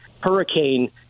hurricane